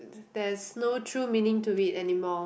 there's no true meaning to it anymore